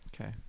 Okay